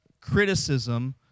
criticism